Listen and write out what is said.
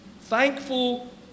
thankful